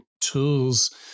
tools